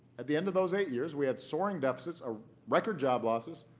at the end of those eight years, we had soaring deficits, ah record job losses,